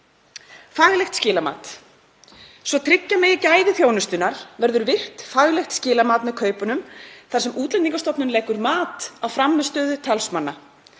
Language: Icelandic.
„Faglegt skilamat. Svo tryggja megi gæði þjónustunnar verður virkt faglegt skilamat með kaupunum þar sem Útlendingastofnun leggur mat á frammistöðu talsmanna.